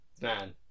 man